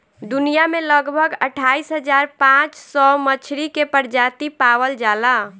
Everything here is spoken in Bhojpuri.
दुनिया में लगभग अट्ठाईस हज़ार पाँच सौ मछरी के प्रजाति पावल जाला